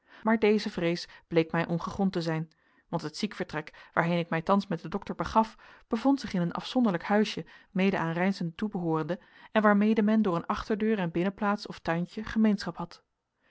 maar deze vrees bleek mij ongegrond te zijn want het ziekvertrek waarheen ik mij thans met den dokter begaf bevond zich in een afzonderlijk huisje mede aan reynszen toebehoorende en waarmede men door een achterdeur en binnenplaats of tuintje gemeenschap had